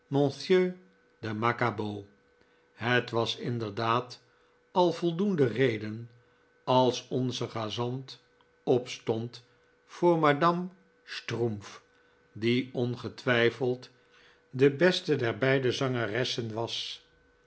het was inderdaad al voldoende reden als onze gezant opstond voor madame strumpff die ongetwijfeld de beste der beide zangeressen was